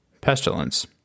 pestilence